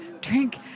drink